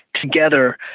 together